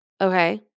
okay